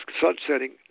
sunsetting